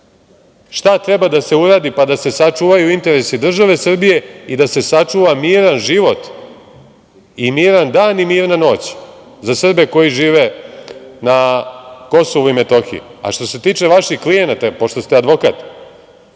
šta treba da se uradi, pa da se sačuvaju interesi države Srbije i da se sačuva miran život i miran dan i mirna noć za Srbe koji žive na Kosovu i Metohiji.A što se tiče vaših klijenata, pošto ste advokat,